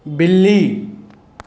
ॿिली